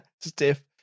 Stiff